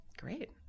Great